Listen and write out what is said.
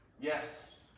Yes